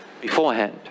beforehand